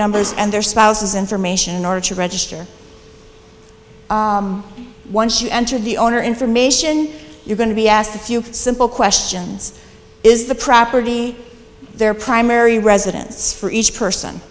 numbers and their spouses information or to register once you enter the owner information you're going to be asked a few simple questions is the property their primary residence for each person